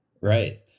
Right